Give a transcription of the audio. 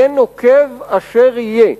יהיה נוקב כאשר יהיה,